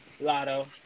Lotto